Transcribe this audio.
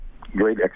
great